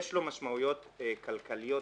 יש לו משמעויות כלכליות,